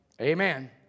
Amen